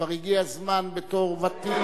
כבר הגיע הזמן בתור ותיק,